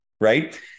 right